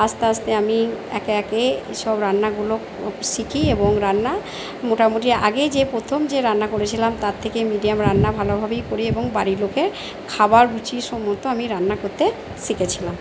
আস্তে আস্তে আমি একে একে সব রান্নাগুলো শিখি এবং রান্না মোটামুটি আগে যে পোথম যে রান্না করেছিলাম তার থেকে মিডিয়াম রান্না ভালোভাবেই করি এবং বাড়ির লোকে খাবার রুচিসম্মত আমি রান্না করতে শিখেছিলাম